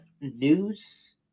news